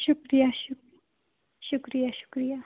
شُکریہ شُک شُکریہ شُکریہ